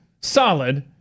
solid